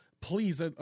Please